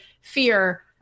fear